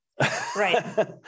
Right